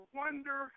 wonder